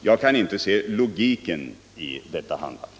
Jag kan inte se logiken i detta handlande.